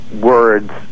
words